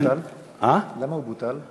למה הוא בוטל?